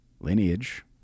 lineage